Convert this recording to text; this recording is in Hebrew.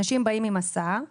אנשים באים עם הסעה הלוך-חזור,